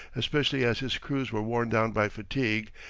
especially as his crews were worn down by fatigue,